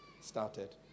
started